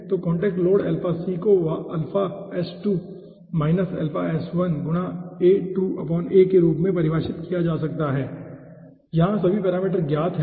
तो contact load alpha c को alpha s2 minus alpha s1 गुणा a2 a के रूप में परिभाषित किया जा सकता है ठीक है यहां सभी पैरामीटर ज्ञात हैं